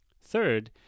Third